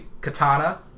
Katana